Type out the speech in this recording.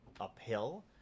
Uphill